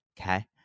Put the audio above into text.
okay